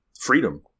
freedom